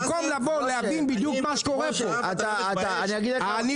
במקום לבוא ולהבין בדיוק מה שקורה פה ----- אתה לא מתבייש?